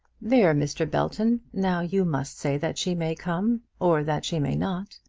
there, mr. belton. now you must say that she may come or that she may not.